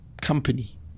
company